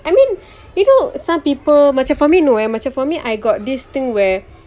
I mean you know some people macam for me no eh macam for me I got this thing where